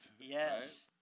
Yes